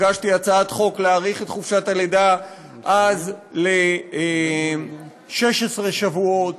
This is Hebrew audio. הגשתי הצעת חוק להאריך את חופשת הלידה אז ל-16 שבועות,